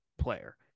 player